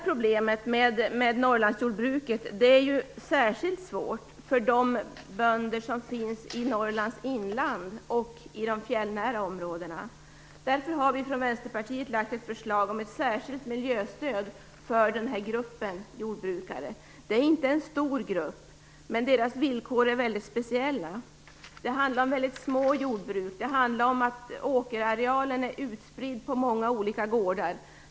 Problemet med Norrlandsjordbruket är särskilt svårt för de bönder som finns i Norrlands inland och i de fjällnära områdena. Därför har Vänsterpartiet lagt fram ett förslag om ett särskilt miljöstöd för denna grupp jordbrukare. Det är ingen stor grupp, men deras villkor är väldigt speciella. Det handlar om väldigt små jordbruk, där åkerarealen är utspridd på många olika gårdar.